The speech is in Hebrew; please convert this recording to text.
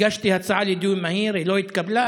הגשתי הצעה לדיון מהיר, היא לא התקבלה.